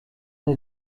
des